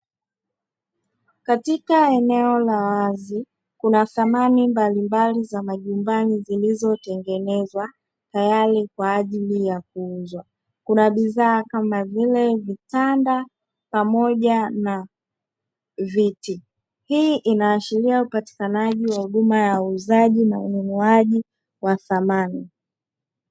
Katika eneo la wazi kuna samani mbalimbali za majumbani zilizotengenezwa tayari kwa ajili ya kuuzwa, kuna bidhaa kama vitanda pamoja na viti, hii inaashiria upatikanaji wa huduma ya uuzaji na ununuaji wa samani.